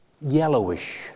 yellowish